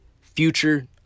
future